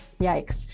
Yikes